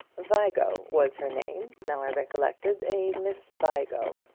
vigo was her name now i recollect it a miss vigo.